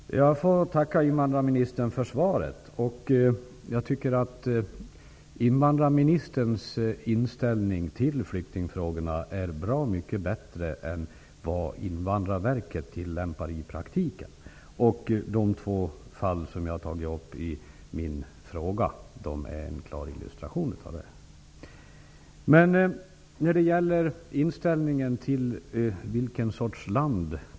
Herr talman! Jag får tacka invandrarministern för svaret. Invandrarministerns inställning till flyktingfrågorna är bra mycket bättre än den inställning som Invandrarverket tillämpar i praktiken. De två fall jag har tagit upp i min fråga utgör en klar illustration till detta.